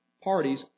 parties